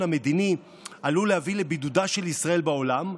המדיני עלול להוביל לבידודה של ישראל בעולם.